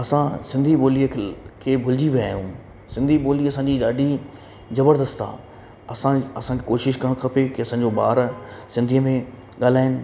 असां सिंधी ॿोलीअ ख के भुलिजी वियां आहियूं सिंधी ॿोली असांजी ॾाढी ज़बरदस्त आहे असां असां कोशिश करणु खपे कि असांजो ॿार सिंधीअ में ॻाल्हाइनि